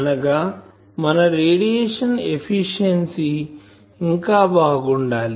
అనగా మన radiation efficiency ఇంకా బాగుండాలి